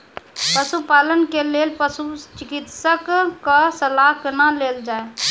पशुपालन के लेल पशुचिकित्शक कऽ सलाह कुना लेल जाय?